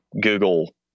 Google